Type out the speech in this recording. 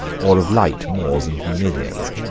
or of light moors and numidians.